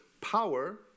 power